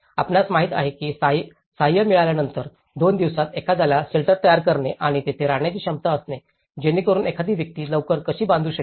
आपणास माहित आहे की सहाय्य मिळाल्यानंतर दोन दिवसात एखाद्यास शेल्टर तयार करणे आणि तेथे राहण्याची क्षमता असते जेणेकरुन एखादी व्यक्ती लवकर कशी बांधू शकेल